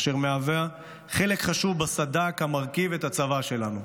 אשר מהווה חלק חשוב בסד"כ שמרכיב את הצבא שלנו.